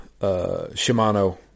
Shimano